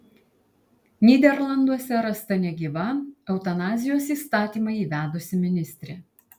nyderlanduose rasta negyva eutanazijos įstatymą įvedusi ministrė